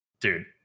dude